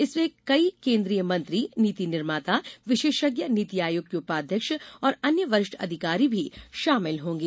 इसमें कई केंद्रीय मंत्री नीति निर्माता विशेषज्ञ नीति आयोग के उपाध्यक्ष और अन्य वरिष्ठ अधिकारी भी शामिल होंगे